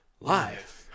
Live